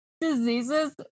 diseases